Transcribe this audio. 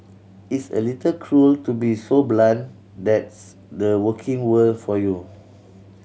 it's a little cruel to be so blunt that's the working world for you